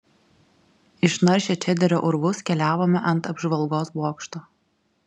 išnaršę čederio urvus keliavome ant apžvalgos bokšto